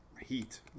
heat